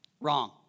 Wrong